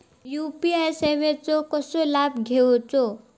UPI सेवाचो कसो लाभ घेवचो?